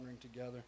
together